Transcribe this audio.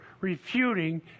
refuting